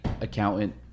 accountant